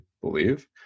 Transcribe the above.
believe